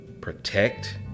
protect